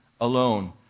alone